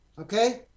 Okay